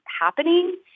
happening—